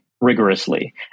rigorously